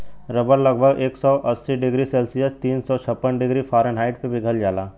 रबड़ लगभग एक सौ अस्सी डिग्री सेल्सियस तीन सौ छप्पन डिग्री फारेनहाइट पे पिघल जाला